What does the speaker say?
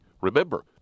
Remember